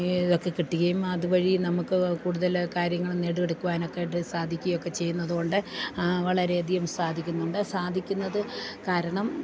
ഇതൊക്കെ കിട്ടുകയും അതുവഴി നമുക്ക് കൂടുതൽ കാര്യങ്ങളും നേടിയെടുക്കുവാനൊക്കെയായിട്ട് സാധിക്കുകയൊക്കെ ചെയ്യുന്നത് കൊണ്ട് വളരെ അധികം സാധിക്കുന്നുണ്ട് സാധിക്കുന്നത് കാരണം